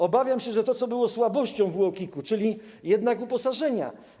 Obawiam się, że to, co było słabością w UOKiK-u, czyli jednak uposażenia.